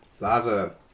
Laza